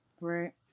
Right